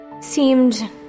seemed